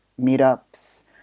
meetups